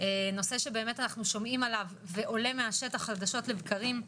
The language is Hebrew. נושא שבאמת אנחנו שומעים עליו ועולה מהשטח חדשות לבקרים,